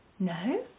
No